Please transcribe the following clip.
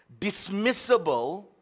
dismissible